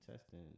testing